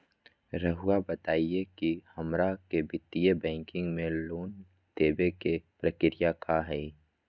रहुआ बताएं कि हमरा के वित्तीय बैंकिंग में लोन दे बे के प्रक्रिया का होई?